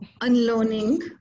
unlearning